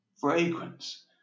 fragrance